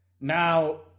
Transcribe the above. Now